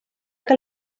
que